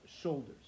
shoulders